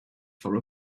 for